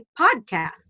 podcast